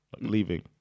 Leaving